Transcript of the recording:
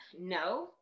No